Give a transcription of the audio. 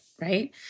right